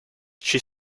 she